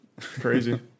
Crazy